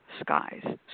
skies